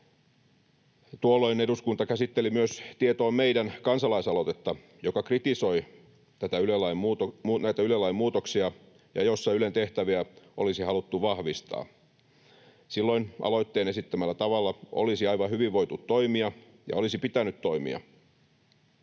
Tuolloin eduskunta käsitteli myös Tieto on meidän -kansalaisaloitetta, joka kritisoi näitä Yle-lain muutoksia ja jossa Ylen tehtäviä olisi haluttu vahvistaa. Silloin aloitteen esittämällä tavalla olisi aivan hyvin voitu toimia ja olisi pitänyt toimia,